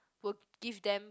will give them